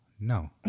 No